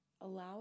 allow